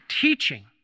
teaching